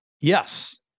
Yes